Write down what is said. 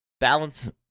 balance